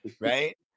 Right